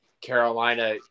Carolina